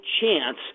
chance